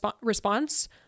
response